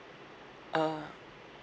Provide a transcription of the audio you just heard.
uh